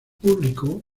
público